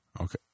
Okay